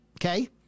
okay